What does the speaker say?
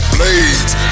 Blades